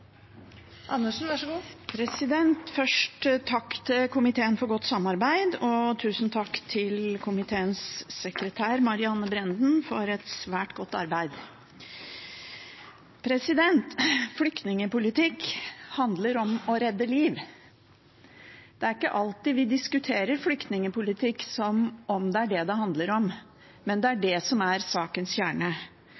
Først takk til komiteen for godt samarbeid, og tusen takk til komiteens sekretær, Marianne Brænden, for et svært godt arbeid. Flyktningpolitikk handler om å redde liv. Det er ikke alltid vi diskuterer flyktningpolitikk som om det er det det handler om, men det er